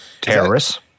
Terrorists